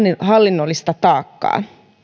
hallinnollista taakkaa